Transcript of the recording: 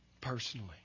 personally